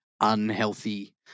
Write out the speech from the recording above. unhealthy